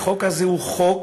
החוק הזה הוא חוק